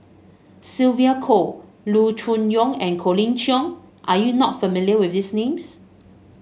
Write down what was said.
Sylvia Kho Loo Choon Yong and Colin Cheong are you not familiar with these names